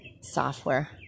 software